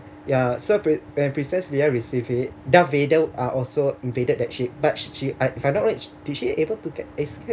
ya so pr~ when princess leia receive it darth vader uh also invaded that ship but she if I'm not wrong did she able to get escape